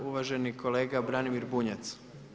Uvaženi kolega Branimir Bunjac.